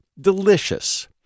Delicious